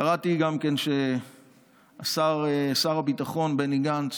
קראתי גם ששר הביטחון בני גנץ